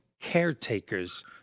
caretakers